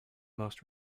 most